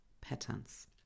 patterns